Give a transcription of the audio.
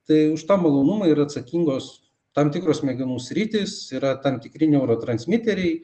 tai už tą malonumą yra atsakingos tam tikros smegenų sritys yra tam tikri neurotransmiteriai